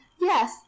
yes